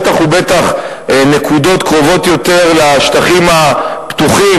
בטח ובטח בנקודות קרובות יותר לשטחים הפתוחים